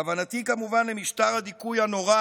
כוונתי, כמובן, למשטר הדיכוי הנורא